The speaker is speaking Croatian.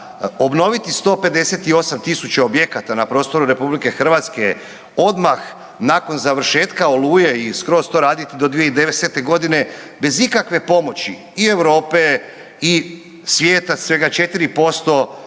obnoviti 158 000 objekata na prostoru je odmah nakon završetka Oluje i skroz to raditi do 2010., bez ikakve pomoći i Europe i svijeta, svega 4% nekih